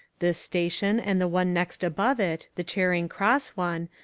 this station and the one next above it, the charing cross one,